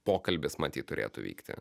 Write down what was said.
pokalbis matyt turėtų vykti